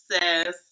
says